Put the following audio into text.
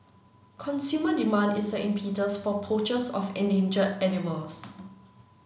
consumer demand is the impetus for poachers of endangered animals